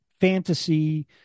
fantasy